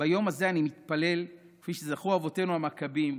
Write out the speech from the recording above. ביום הזה אני מתפלל: כפי שזכו אבותינו המכבים,